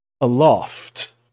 aloft